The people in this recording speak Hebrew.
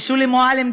ושולי מועלם,